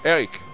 Eric